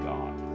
God